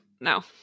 No